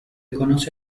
conoce